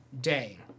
day